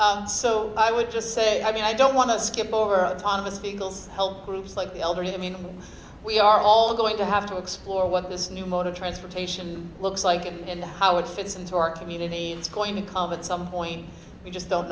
and so i would just say i mean i don't want to skip over on the singles help groups like the elderly i mean we are all going to have to explore what this new mode of transportation looks like and how it fits into our community and it's going to come at some point we just don't